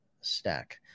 stack